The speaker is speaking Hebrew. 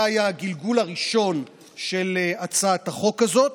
זה היה הגלגול הראשון של הצעת החוק הזאת,